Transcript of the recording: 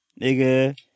Nigga